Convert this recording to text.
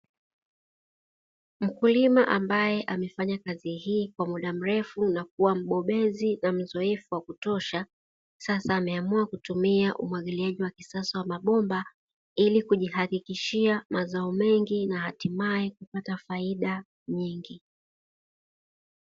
Mkulima ambaye amefanya kazi hii kwa muda mrefu na kuwa mbobezi na mzoefu wa kutosha, sasa ameamua kutumia umwagiliaji wa kisasa wa mabomba ili kujihakikishia mazao mengi na hatimaye kupata faida nyingi.